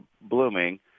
blooming